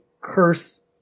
curse